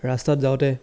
ৰাস্তাত যাওঁতে